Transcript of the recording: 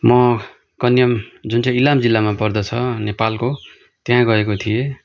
म कन्याम जुन चाहिँ इलाम जिल्लामा पर्दछ नेपालको त्यहाँ गएको थिएँ